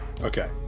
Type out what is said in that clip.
Okay